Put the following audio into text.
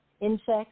insects